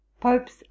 Pope's